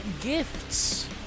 gifts